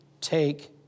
take